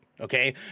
Okay